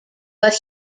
but